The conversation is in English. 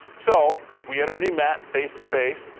so, we had already met face-to-face,